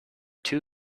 two